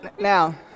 Now